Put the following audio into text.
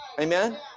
Amen